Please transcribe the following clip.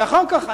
ואחר כך,